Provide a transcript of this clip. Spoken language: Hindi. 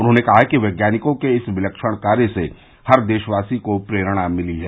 उन्होंने कहा कि वैज्ञानिकों के इस विलक्षण कार्य से हर देशवासी को प्ररेणा मिलेगी